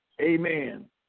amen